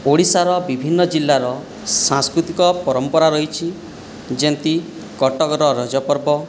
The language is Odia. ଓଡ଼ିଶାର ବିଭିନ୍ନ ଜିଲ୍ଲାର ସାଂସ୍କୃତିକ ପରମ୍ପରା ରହିଛି ଯେମିତି କଟକର ରଜ ପର୍ବ